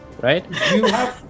right